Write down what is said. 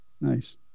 Nice